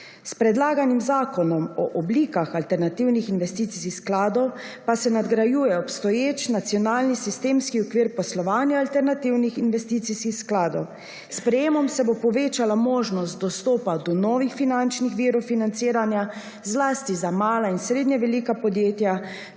S predlaganim Zakonom o oblikah alternativnih investicijskih skladov pa se nadgrajuje obstoječ nacionalni sistemski okvir poslovanja alternativnih investicijskih skladov. S sprejemom se bo povečala možnost dostopa do novih finančnih virov financiranja zlasti za male in srednje velika podjetja